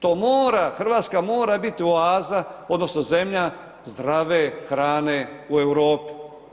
To mora, Hrvatska mora biti oaza odnosno zemlja zdrave hrane u Europi.